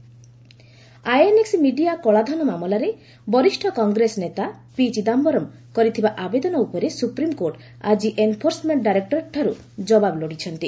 SC Chidambaram INX media କଳାଧନ ମାମଲାରେ ବରିଷ୍ଠ କଂଗ୍ରେସ ନେତା ପି ଚିଦାମ୍ଘରମ୍ କରିଥିବା ଆବେଦନ ଉପରେ ସୁପ୍ରିମ୍କୋର୍ଟ ଆକି ଏନ୍ଫୋର୍ସମେଣ୍ଟ ଡାଇରେକ୍ଟୋରେଟ୍ଠାରୁ ଜବାବ ଲୋଡ଼ିଛନ୍ତି